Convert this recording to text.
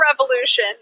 revolution